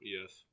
Yes